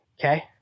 Okay